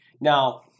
Now